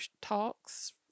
Talks